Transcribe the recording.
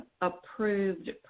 approved